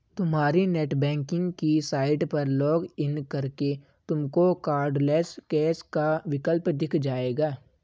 तुम्हारी नेटबैंकिंग की साइट पर लॉग इन करके तुमको कार्डलैस कैश का विकल्प दिख जाएगा